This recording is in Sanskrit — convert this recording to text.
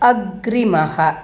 अग्रिमः